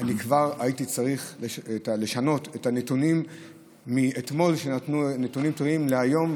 כבר הייתי צריך לשנות את הנתונים מאתמול לנתונים טריים מהיום,